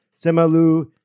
Semalu